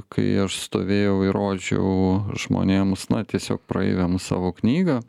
kai aš stovėjau ir rodžiau žmonėms na tiesiog praeiviams savo knygą